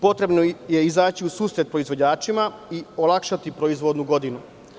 Potrebno je izaći u susret proizvođačima i olakšati proizvodnu godinu.